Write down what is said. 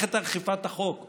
מערכת אכיפת החוק.